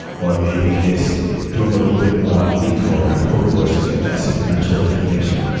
or maybe it's doing a little bit more on leetcode or codewars to get that supplemental information.